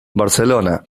barcelona